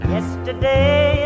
Yesterday